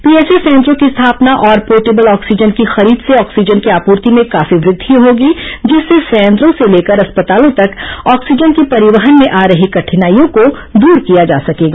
PSA संयंत्रों की स्थापना और पोर्टेबल ऑक्सीजन की खरीद से ऑक्सीजन की आपूर्ति में काफी वृद्धि होगी जिससे संयत्रों से लेकर अस्पतालों तक ऑक्सीजन के परिवहन में आ रही कठिनाईयों को दूर किया जा सकेगा